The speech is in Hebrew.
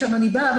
משם אני באה,